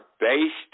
based